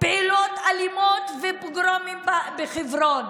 פעולות אלימות ופוגרומים בחברון.